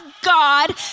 God